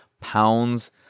pounds